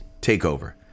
takeover